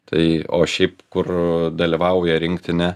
tai o šiaip kur dalyvauja rinktinė